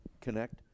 connect